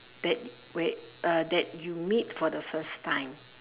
that wait uh that you meet for the first time